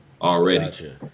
already